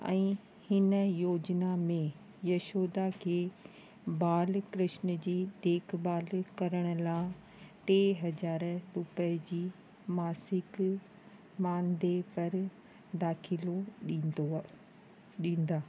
ऐं हिन योजना में यशोदा खे बाल कृष्ण जी देखभाल करण लाइ टे हज़ार रुपय जी मासिक मानदे पर दाख़िलो ॾींदो